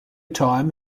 time